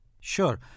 Sure